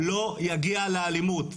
לא יגיע לאלימות.